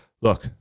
look